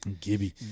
Gibby